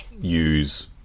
use